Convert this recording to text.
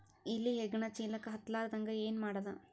ಇಲಿ ಹೆಗ್ಗಣ ಚೀಲಕ್ಕ ಹತ್ತ ಲಾರದಂಗ ಏನ ಮಾಡದ?